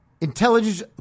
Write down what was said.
intelligence